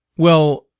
well,